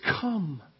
come